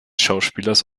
schauspielers